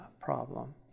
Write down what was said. problem